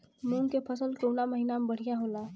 मुँग के फसल कउना महिना में बढ़ियां होला?